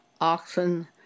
oxen